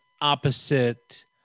opposite